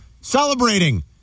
celebrating